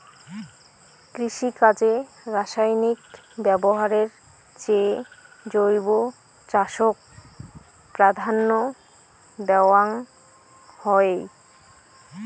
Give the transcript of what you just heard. কৃষিকাজে রাসায়নিক ব্যবহারের চেয়ে জৈব চাষক প্রাধান্য দেওয়াং হই